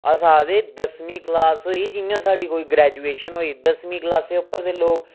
अस आखदे हे दसमीं क्लास होई जियां साढ़ी कोई ग्रैजुऐशन होई दसमीं क्लास उप्पर ते लोक